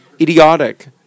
idiotic